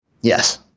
Yes